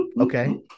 Okay